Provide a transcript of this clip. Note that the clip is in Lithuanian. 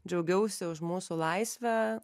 džiaugiausi už mūsų laisvę